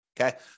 Okay